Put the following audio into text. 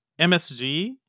MSG